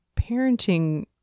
parenting